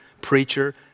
preacher